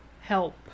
help